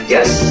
Yes